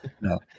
no